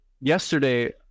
yesterday